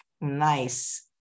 Nice